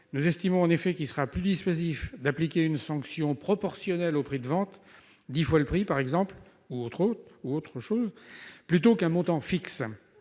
nous estimons qu'il sera plus dissuasif d'appliquer une sanction proportionnelle au prix de vente- dix fois le prix, par exemple -plutôt qu'un montant fixe.